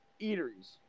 eateries